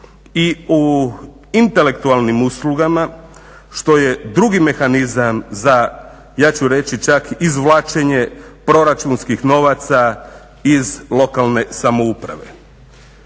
i o intelektualnim uslugama što je drugi mehanizam za, ja ću reći čak izvlačenje proračunskih novaca iz lokalne samouprave.